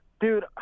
dude